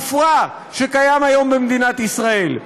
והמופרע שקיים היום במדינת ישראל.